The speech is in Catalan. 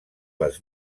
les